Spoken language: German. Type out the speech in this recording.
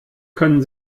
können